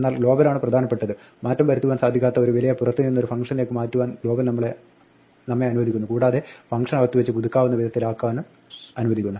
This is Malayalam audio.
എന്നാൽ ഗ്ലോബലാണ് പ്രധാനപ്പെട്ടത് മാറ്റം വരുത്തുവാൻ സാധിക്കാത്ത ഒരു വിലയെ പുറത്ത് നിന്ന് ഒരു ഫംഗ്ഷനിലേക്ക് മാറ്റുവാൻ ഗ്ലോബൽ നമ്മെ അനുവദിക്കുന്നു കൂടാതെ ഫംഗ്ഷനകത്ത് വെച്ച് പുതുക്കാവുന്ന വിധത്തിലാക്കുവാനും അനുവദിക്കുന്നു